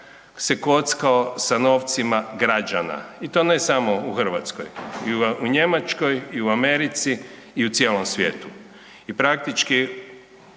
se kockao sa novcima građana. I to ne samo u Hrvatskoj i u Njemačkoj i u Americi i u cijelom svijetu i praktički